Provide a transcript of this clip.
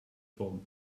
form